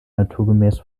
naturgemäß